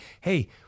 hey